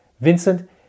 Vincent